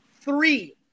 three